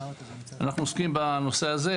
אנו עוסקים בנושא הזה